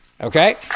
Okay